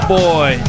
boy